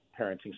parenting